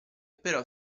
però